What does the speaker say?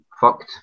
fucked